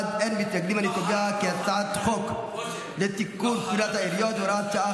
להעביר את הצעת חוק לתיקון פקודת העיריות (הוראת שעה,